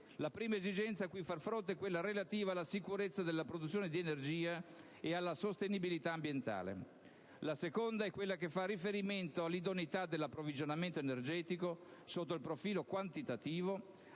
La prima esigenza a cui far fronte è quella relativa alla sicurezza della produzione di energia e alla sostenibilità ambientale; la seconda è quella che fa riferimento all'idoneità dell'approvvigionamento energetico sotto il profilo quantitativo,